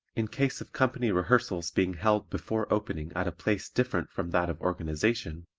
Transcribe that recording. in case of company rehearsals being held before opening at a place different from that of organization,